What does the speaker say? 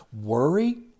Worry